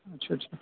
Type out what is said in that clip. اچھا اچھا